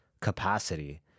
capacity